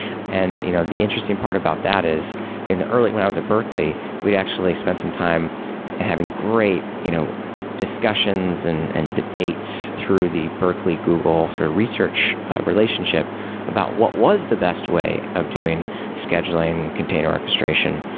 and you know the interesting part about that is in the early when i was at berkeley we'd actually spent some time having great you know discussions and and debates through the berkeley google research relationship about what was the best way of doing scheduling container orchestration,